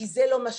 כי זה לא מה שחשוב.